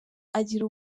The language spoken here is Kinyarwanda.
agira